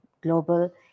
Global